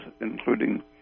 including